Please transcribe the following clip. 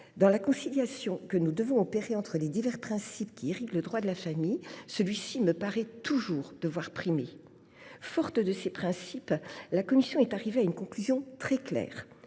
Dans la conciliation que nous devons opérer entre les divers principes qui irriguent le droit de la famille, celui ci me paraît toujours devoir primer. Animée par les principes que je viens d’indiquer, la commission a abouti à une conclusion très claire